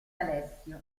alessio